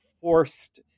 forced